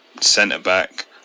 centre-back